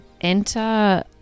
Enter